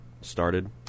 started